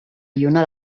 lluna